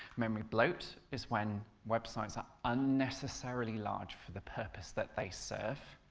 memory bloat is when websites are unnecessarily large for the purpose that they serve.